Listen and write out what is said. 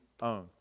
own